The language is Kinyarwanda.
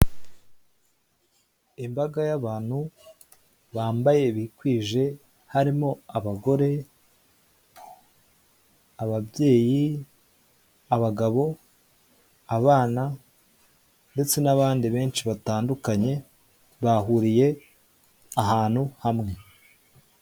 Imbaga y'abantu bambaye bikwije harimo abagore, ababyeyi, abagabo, abana, ndetse n'abandi benshi batandukanye bahuriye ahantu hamwe.